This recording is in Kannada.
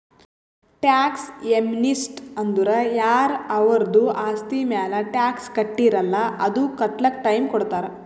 ಟ್ಯಾಕ್ಸ್ ಯೇಮ್ನಿಸ್ಟಿ ಅಂದುರ್ ಯಾರ ಅವರ್ದು ಆಸ್ತಿ ಮ್ಯಾಲ ಟ್ಯಾಕ್ಸ್ ಕಟ್ಟಿರಲ್ಲ್ ಅದು ಕಟ್ಲಕ್ ಟೈಮ್ ಕೊಡ್ತಾರ್